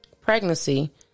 pregnancy